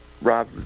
Rob